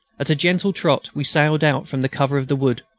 at a gentle trot we sallied out from the cover of the wood.